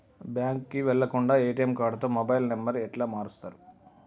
బ్యాంకుకి వెళ్లకుండా ఎ.టి.ఎమ్ కార్డుతో మొబైల్ నంబర్ ఎట్ల మారుస్తరు?